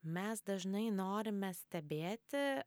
mes dažnai norime stebėti